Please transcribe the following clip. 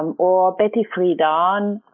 or betty friedan,